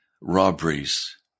robberies